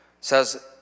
says